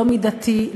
לא מידתי,